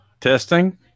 testing